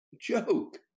joke